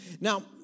now